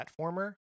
platformer